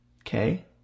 okay